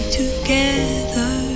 together